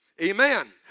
Amen